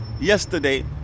yesterday